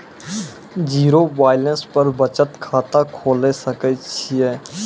Zero balance पर बचत खाता खोले सकय छियै?